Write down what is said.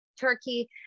Turkey